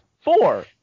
Four